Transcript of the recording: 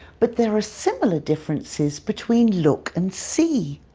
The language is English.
but there are similar differences between look and see.